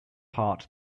heart